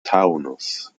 taunus